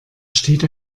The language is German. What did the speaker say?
steht